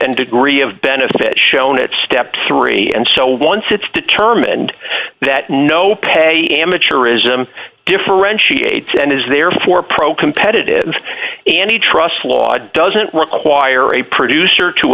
and degree of benefit shown at step three and so once it's determined that no pay amateurism differentiates and is therefore pro competitive and he trusts law doesn't require a producer to